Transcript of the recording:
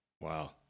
Wow